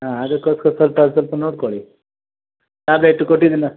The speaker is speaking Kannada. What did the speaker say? ಹಾಂ ಅದಕ್ಕೋಸ್ಕರ ಸ್ವಲ್ಪ ಸ್ವಲ್ಪ ನೋಡ್ಕೊಳ್ಳಿ ಟ್ಯಾಬ್ಲೆಟು ಕೊಟ್ಟಿದ್ದಿನಾ